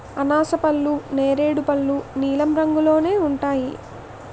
అనాసపళ్ళు నేరేడు పళ్ళు నీలం రంగులోనే ఉంటాయి